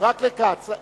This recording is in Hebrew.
רק לכץ.